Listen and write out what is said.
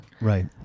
right